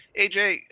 AJ